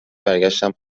برگشتم